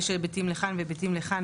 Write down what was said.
יש היבטים לכאן והיבטים לכאן,